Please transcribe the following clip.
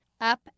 Up